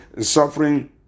suffering